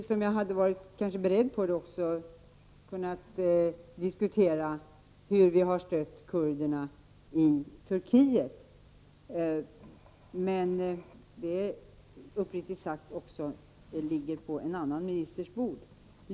Om jag hade varit förberedd kunde jag också ha diskuterat hur vi har stött kurderna i Turkiet. Men uppriktigt talat ligger det på en annan ministers bord.